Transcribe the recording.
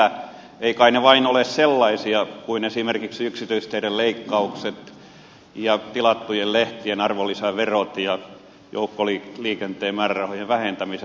eivät kai ne vain ole sellaisia kuin esimerkiksi yksityisteiden leikkaukset ja tilattujen lehtien arvonlisäverot ja joukkoliikenteen määrärahojen vähentämiset